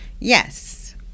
Yes